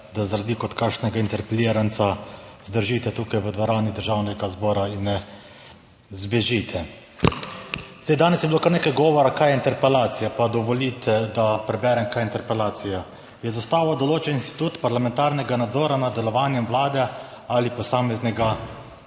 da za razliko od kakšnega interpeliranca zdržite tukaj v dvorani Državnega zbora in ne zbežite. Saj danes je bilo kar nekaj govora kaj je interpelacija, pa dovolite, da preberem kaj je interpelacija: je z Ustavo določen institut parlamentarnega nadzora nad delovanjem vlade ali posameznega